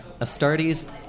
Astartes